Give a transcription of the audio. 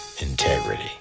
Integrity